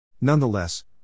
Nonetheless